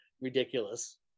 ridiculous